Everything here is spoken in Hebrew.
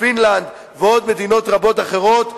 פינלנד ועוד מדינות רבות אחרות,